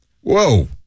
Whoa